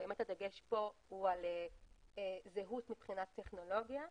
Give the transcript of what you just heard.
הדגש הוא על זהות מבחינת טכנולוגיה,